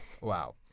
wow